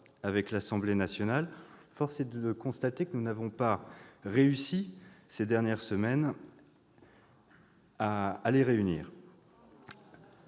avec l'Assemblée nationale, force est de constater que nous n'avons pas réussi ces dernières semaines à les réunir.